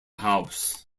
house